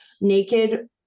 naked